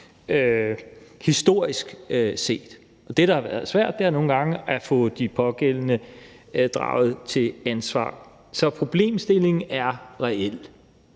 historisk set. Det, der nogle gange har været svært, er at få de pågældende draget til ansvar. Så problemstillingen er reel.